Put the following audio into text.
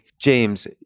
James